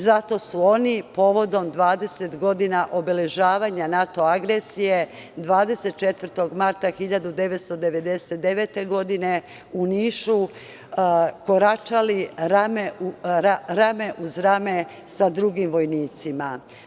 Zato su oni povodom 20. godina obeležavanja NATO agresije 24. marta 1999. godine u Nišu koračali rame uz rame sa drugim vojnicima.